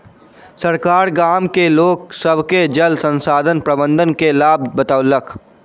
सरकार गाम के लोक सभ के जल संसाधन प्रबंधन के लाभ बतौलक